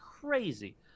crazy